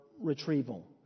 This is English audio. retrieval